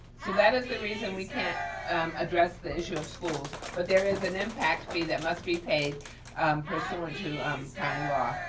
so that is the reason we can't address the issue of schools. but there is an impact fee that must be paid pursuant to county law.